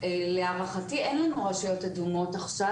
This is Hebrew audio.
להערכתי אין לנו רשויות אדומות עכשיו,